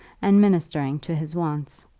and ministering to his wants.